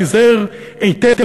תיזהר היטב,